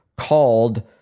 called